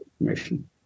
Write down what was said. information